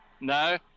No